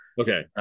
Okay